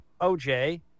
OJ